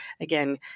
again